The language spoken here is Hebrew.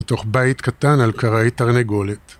בתוך בית קטן על קרעי תרנגולת.